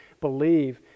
believe